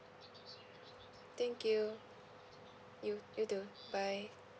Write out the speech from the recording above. thank you you you too bye